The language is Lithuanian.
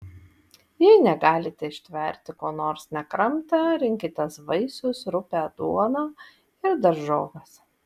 jei negalite ištverti ko nors nekramtę rinkitės vaisius rupią duoną ir daržoves